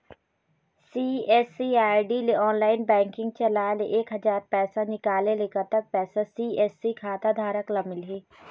CSC ID ले online banking चलाए ले एक हजार पैसा निकाले ले कतक पैसा सी.एस.सी खाता धारक ला मिलही?